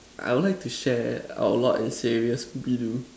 I would like to share our Lord and saviour scooby-doo